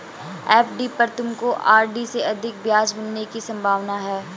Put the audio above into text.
FD पर तुमको RD से अधिक ब्याज मिलने की संभावना है